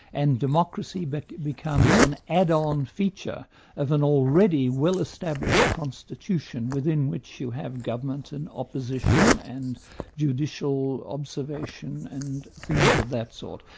and democracy but becomes an add-on feature of an already well-established constitution within which you have government and opposition and judicial judicial observation and things of that sort.